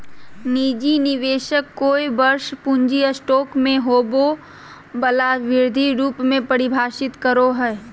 निजी निवेशक कोय वर्ष पूँजी स्टॉक में होबो वला वृद्धि रूप में परिभाषित करो हइ